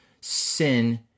sin